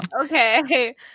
Okay